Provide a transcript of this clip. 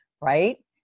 right